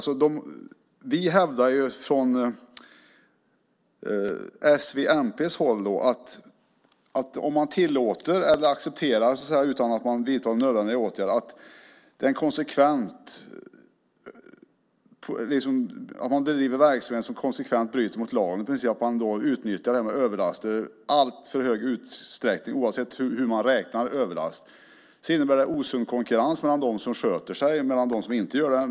S, v och mp hävdar att om man, utan att vidta nödvändiga åtgärder, accepterar verksamhet som konsekvent bryter mot lagen, det vill säga att man utnyttjar detta med överlaster i alltför hög utsträckning oavsett hur man räknar överlast, innebär det en osund konkurrens mellan dem som sköter sig och dem som inte gör det.